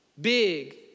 big